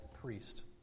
priest